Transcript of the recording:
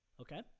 Okay